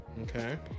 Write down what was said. Okay